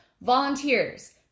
volunteers